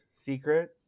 secret